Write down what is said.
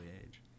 age